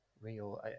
real